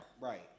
Right